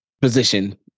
position